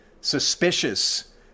suspicious